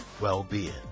well-being